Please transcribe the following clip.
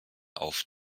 auf